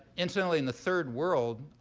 incidentally, in the third world,